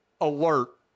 alert